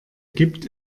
gibt